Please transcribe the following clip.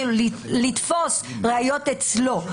כאילו לתפוס ראיות אצלו.